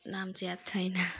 नामचाहिँ याद छैन